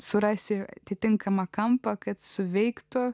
surasi tinkamą kampą kad suveiktų